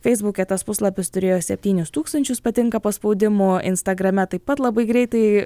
feisbuke tas puslapis turėjo septynis tūkstančius patinka paspaudimų instagrame taip pat labai greitai